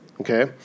okay